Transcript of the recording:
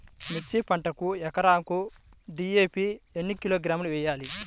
మిర్చి పంటకు ఎకరాకు డీ.ఏ.పీ ఎన్ని కిలోగ్రాములు వేయాలి?